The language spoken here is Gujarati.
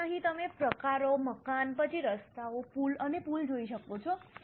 તેથી અહીં તમે પ્રકારો મકાન પછી રસ્તાઓ પુલ અને પુલ જોઈ શકો છો